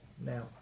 now